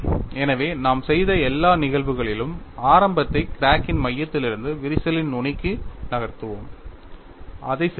எனவே நாம் செய்த எல்லா நிகழ்வுகளிலும் ஆரம்பத்தை கிராக்கின் மையத்திலிருந்து விரிசலின் நுனிக்கு நகர்த்துவோம் அதைச் செய்யுங்கள்